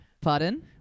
Pardon